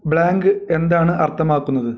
blank എന്താണ് അർത്ഥമാക്കുന്നത്